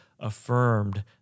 affirmed